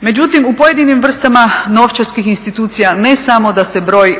Međutim, u pojedinim vrstama novčarskih institucija ne samo da se broj